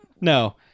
No